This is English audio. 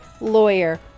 lawyer